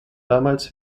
damals